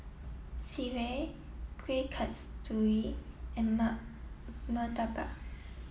Sireh Kueh Kasturi and Murtabak